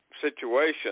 situation